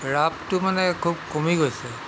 ৰাপটো মানে খুব কমি গৈছে